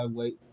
wait